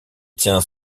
tient